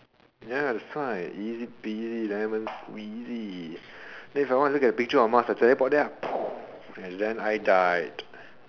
ya that's why easy peasy lemon squeezy then if I want to look at a picture of Mars then I teleport there boom and then I died